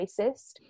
racist